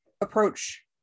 approach